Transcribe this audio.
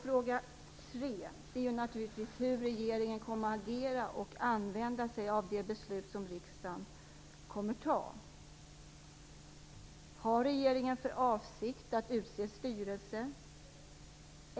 Fråga tre är naturligtvis hur regeringen kommer att agera och använda sig av det beslut som riksdagen kommer fatta. Har regeringen för avsikt att utse styrelse?